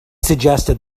suggested